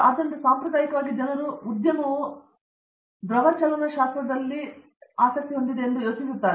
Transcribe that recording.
ಆದ್ದರಿಂದ ಸಾಂಪ್ರದಾಯಿಕವಾಗಿ ಜನರು ಉದ್ಯಮವು ದ್ರವ ಚಲನಶಾಸ್ತ್ರದಲ್ಲಿ ಉತ್ತಮವಾಗಿ ಕಾರ್ಯನಿರ್ವಹಿಸುತ್ತಿರಬಹುದೆಂದು ಯೋಚಿಸುತ್ತಿದ್ದಾರೆ